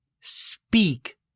speak